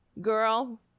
girl